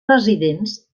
residents